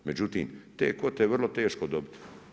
Međutim, te kvote je vrlo teško dobiti.